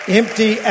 empty